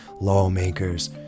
lawmakers